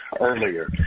earlier